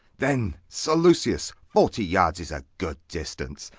then, sir lucius, forty yards is a good distance.